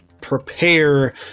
prepare